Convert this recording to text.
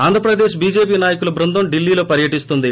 Andhra Pradesh BJP నాయకుల బృందం ఢిల్లీలో పర్యటిస్తోంది